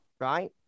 right